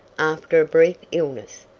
after a brief illness.